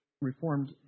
Reformed